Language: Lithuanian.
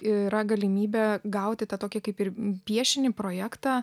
yra galimybė gauti tą tokį kaip ir piešinį projektą